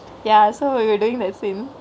ya so we were doingk that scene